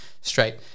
straight